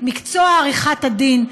מקצוע עריכת הדין,